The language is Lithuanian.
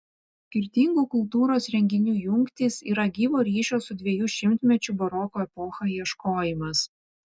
skirtingų kultūros renginių jungtys yra gyvo ryšio su dviejų šimtmečių baroko epocha ieškojimas